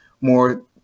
more